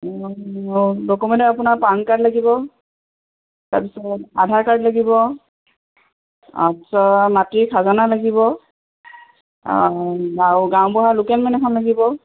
document আপোনাৰ PAN card লাগিব তাৰপিছত আধাৰ কাৰ্ড লাগিব তাৰপিছত মাটিৰ খাজানা লাগিব আৰু গা গাঁওবুঢ়া লোকেল মেন এখন লাগিব